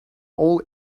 all